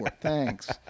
thanks